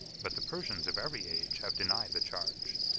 but the persians of every age have denied the charge,